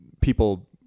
people